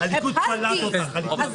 אני מחכה שיהיה שקט בוועדה.